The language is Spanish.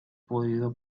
podido